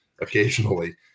occasionally